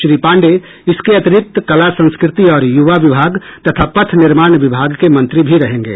श्री पांडेय इसके अतिरिक्त कला संस्कृति और युवा विभाग तथा पथ निर्माण विभाग के मंत्री भी रहेंगे